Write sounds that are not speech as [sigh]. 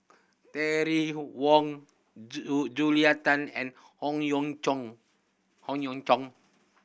Terry Wong [unintelligible] Julia Tan and Howe Yoon Chong Howe Yoon Chong